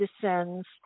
descends